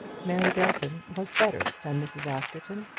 mary belton was better than mrs. askerton.